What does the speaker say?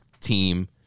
team